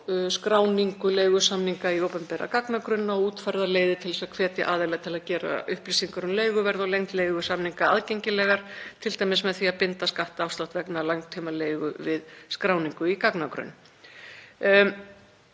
á skráningu leigusamninga í opinbera gagnagrunna og útfærðar leiðir til að hvetja aðila til að gera upplýsingar um leiguverð og lengd leigusamninga aðgengilegar, t.d. með því að binda skattaafslátt vegna langtímaleigu við skráningu í gagnagrunnum.